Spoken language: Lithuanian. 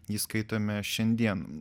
jį skaitome šiandien